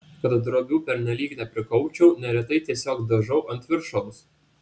kad drobių pernelyg neprikaupčiau neretai tiesiog dažau ant viršaus